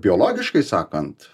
biologiškai sakant